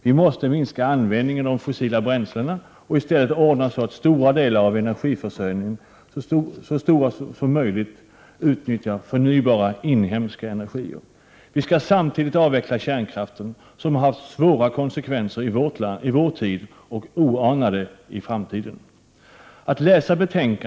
Vi måste minska användningen av de fossila bränslena och i stället ordna så att så stora delar som möjligt av energiförsörjningen sker genom utnyttjande av förnybar inhemsk energi. Vi skall samtidigt avveckla kärnkraften som har gett upphov till svåra konsekvenser i vår tid och oanade i framtiden.